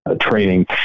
training